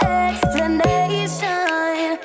explanation